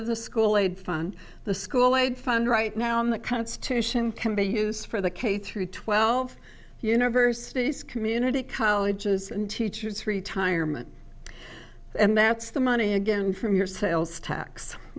of the school aid fund the school aid fund right now in the constitution can be used for the k through twelve universities community colleges and teachers retirement and that's the money again from your sales tax